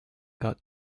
got